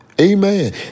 Amen